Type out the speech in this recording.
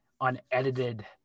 unedited